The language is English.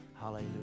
Hallelujah